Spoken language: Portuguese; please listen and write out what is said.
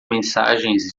mensagens